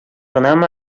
гынамы